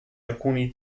alcuni